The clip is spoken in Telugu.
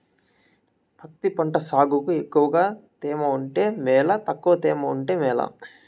పత్తి పంట సాగుకు ఎక్కువగా తేమ ఉంటే మేలా తక్కువ తేమ ఉంటే మేలా?